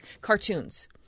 cartoons